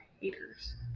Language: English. haters